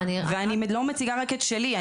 ואני לא מציגה רק את שלי.